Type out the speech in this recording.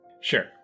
Sure